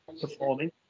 performing